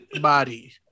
body